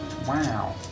Wow